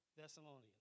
Thessalonians